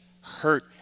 hurt